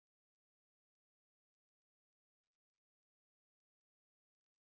తక్కువ ఖర్చు తో నేను ఏ ఏ పంటలు సాగుచేయాలి?